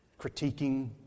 Critiquing